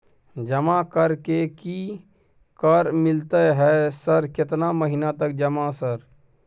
जमा कर के की कर मिलते है सर केतना महीना तक जमा सर?